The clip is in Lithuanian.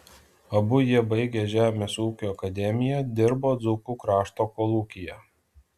abu jie baigę žemės ūkio akademiją dirbo dzūkų krašto kolūkyje